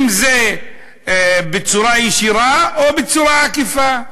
אם זה בצורה ישירה או בצורה עקיפה,